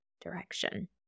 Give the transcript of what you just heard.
direction